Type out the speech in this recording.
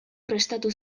prestatu